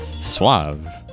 Suave